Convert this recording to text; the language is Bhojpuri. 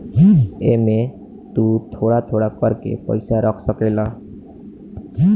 एमे तु थोड़ा थोड़ा कर के पईसा रख सकेल